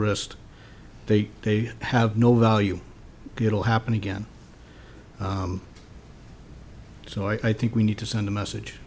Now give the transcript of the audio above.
wrist they they have no value it'll happen again so i think we need to send a message